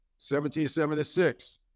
1776